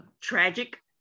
tragic